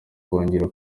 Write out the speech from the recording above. kongera